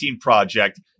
project